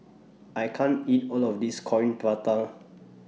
I can't eat All of This Coin Prata